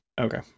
okay